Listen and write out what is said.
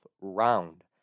round